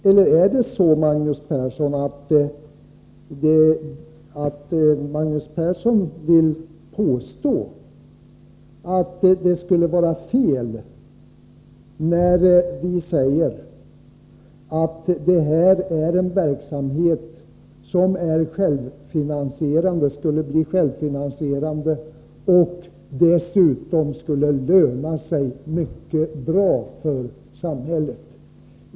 Eller är det så att Magnus Persson vill påstå att det skulle vara fel när vi säger att detta är en verksamhet som skulle bli självfinansierande och dessutom skulle löna sig mycket bra för samhället?